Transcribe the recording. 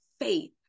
faith